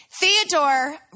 Theodore